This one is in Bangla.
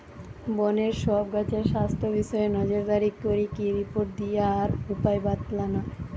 বনের সব গাছের স্বাস্থ্য বিষয়ে নজরদারি করিকি রিপোর্ট দিয়া আর উপায় বাৎলানা